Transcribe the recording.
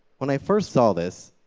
when i first saw this,